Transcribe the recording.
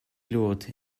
lourde